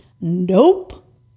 Nope